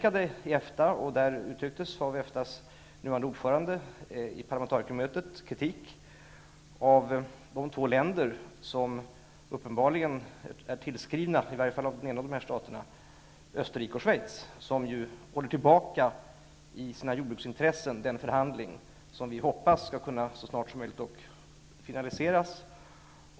Under EFTA-mötet riktade vi och EFTA:s nuvarande ordförande i parlamentarikermötet kritik mot de två länder -- Österrike och Schweiz -- som uppenbarligen är tillskrivna därför att de på grund av sina jordbruksintressen förhalar den förhandling som vi hoppas så småningom skall kunna avslutas.